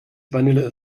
vanille